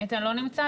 איתן לא נמצא.